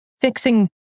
fixing